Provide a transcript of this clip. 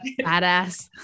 Badass